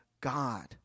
God